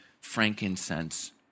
frankincense